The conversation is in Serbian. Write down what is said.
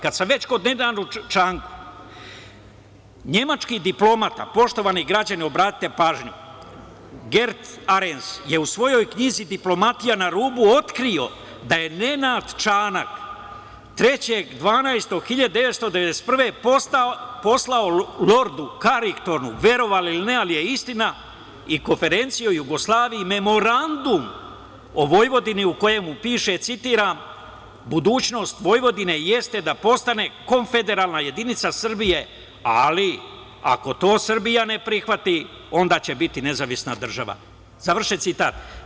Kad sam već kod Nenada Čanka, nemački diplomata, poštovani građani obratite pažnju, Gert Arens je u svojoj knjizi „Diplomatija na rubu“ otkrio da je Nenad Čanak 3. decembra 1991. godine poslao lordu Karingtonu, verovali ili ne, ali je istina, i konferenciji o Jugoslaviji Memorandum o Vojvodini u kojem piše, citiram – budućnost Vojvodine jeste da postane konfederalna jedinica Srbije, ali ako to Srbija ne prihvati onda će biti nezavisna država, zvršen citat.